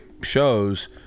shows